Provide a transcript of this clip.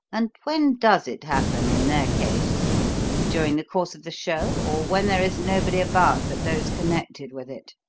and when does it happen in their case during the course of the show, or when there is nobody about but those connected with it?